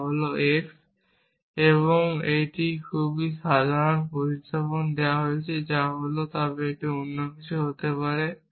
যা হল x এবং একটি খুব সাধারণ প্রতিস্থাপন দেওয়া হয়েছে যা হল তবে এটি অন্য কিছু হতে পারে